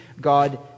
God